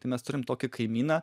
tai mes turim tokį kaimyną